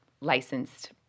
licensed